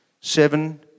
Seven